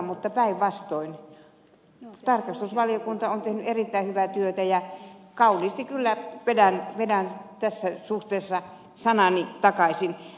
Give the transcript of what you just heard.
mutta päinvastoin tarkastusvaliokunta on tehnyt erittäin hyvää työtä ja kauniisti kyllä vedän tässä suhteessa sanani takaisin